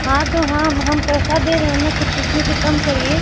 हाँ तो हाँ हम पैसा दे रहें ना कुछ उसमें से कम करिए